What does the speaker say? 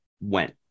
went